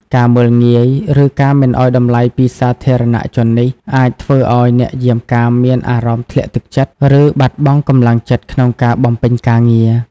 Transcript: ការមើលងាយ ឬការមិនឲ្យតម្លៃពីសាធារណជននេះ អាចធ្វើឲ្យអ្នកយាមកាមមានអារម្មណ៍ធ្លាក់ទឹកចិត្ត ឬបាត់បង់កម្លាំងចិត្តក្នុងការបំពេញការងារ។